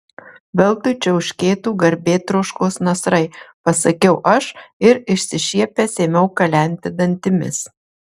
veltui čiauškėtų garbėtroškos nasrai pasakiau aš ir išsišiepęs ėmiau kalenti dantimis